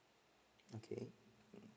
okay